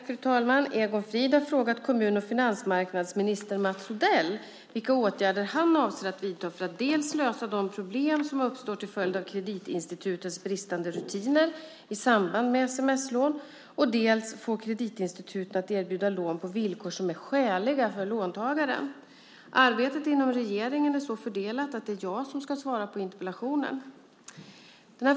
Fru talman! Egon Frid har frågat kommun och finansmarknadsminister Mats Odell vilka åtgärder han avser att vidta för att dels lösa de problem som uppstår till följd av kreditinstitutens bristande rutiner i samband med sms-lån, dels få kreditinstituten att erbjuda lån på villkor som är skäliga för låntagaren. Arbetet inom regeringen är så fördelat att det är jag som ska svara på interpellationen.